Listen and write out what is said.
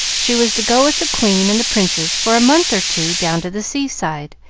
she was to go with the queen and the princes for a month or two down to the sea-side,